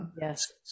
Yes